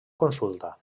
consulta